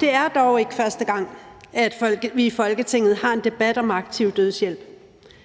Det er dog ikke første gang, at vi i Folketinget har en debat om aktiv dødshjælp.